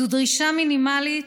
זו דרישה מינימלית,